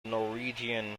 norwegian